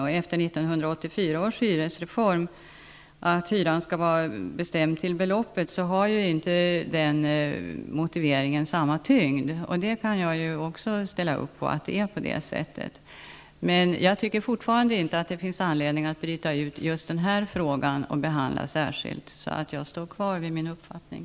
Efter 1984 års hyresreform, att hyran skall vara bestämd till beloppet, har inte den motiveringen samma tyngd. Jag kan ställa upp på att det är på det sättet, men jag tycker fortfarande inte att det finns anledning att bryta ut just den frågan och behandla den särskilt. Så jag står kvar vid min uppfattning.